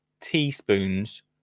teaspoons